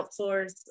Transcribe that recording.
outsource